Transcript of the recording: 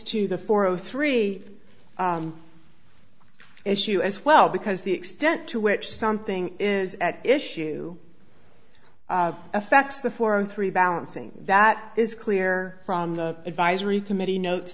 to the four zero three issue as well because the extent to which something is at issue affects the four or three balancing that is clear from the advisory committee notes